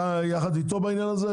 אתה יחד איתו בעניין הזה?